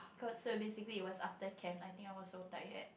cause so basically it was after camp I think I was so tired